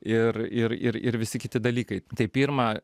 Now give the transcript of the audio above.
ir ir ir ir visi kiti dalykai tai pirma